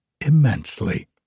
immensely